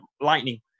lightning